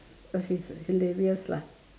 because it's hilarious lah